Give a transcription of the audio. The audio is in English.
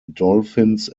dolphins